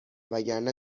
وگرنه